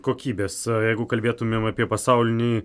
kokybės jeigu kalbėtumėm apie pasaulinį